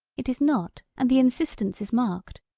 it is not and the insistence is marked.